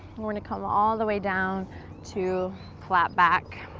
and we're gonna come all the way down to flat back.